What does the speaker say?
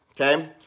okay